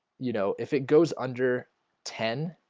you know if it goes under ten,